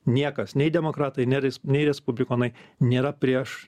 niekas nei demokratai nei res nei respublikonai nėra prieš